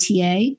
TA